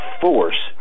force